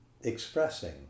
expressing